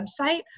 website